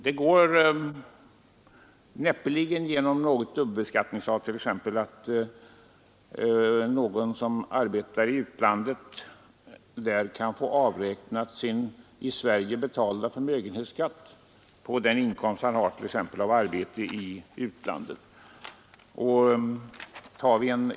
Det går näppeligen att få till stånd något dubbelbeskattningsavtal innebärande t.ex. att den som arbetar i utlandet kan få sin i Sverige betalda förmögenhetsskatt avräknad på den inkomst han har av arbete i det land där han vistas.